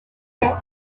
too